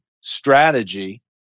strategy